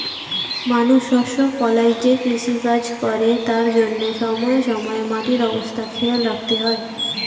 মানুষ শস্য ফলায় যে কৃষিকাজ করে তার জন্যে সময়ে সময়ে মাটির অবস্থা খেয়াল রাখতে হয়